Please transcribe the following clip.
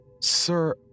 Sir